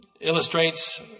illustrates